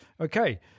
okay